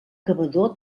cavador